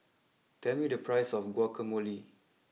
tell me the price of Guacamole